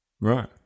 Right